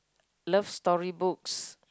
love story books